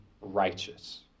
righteous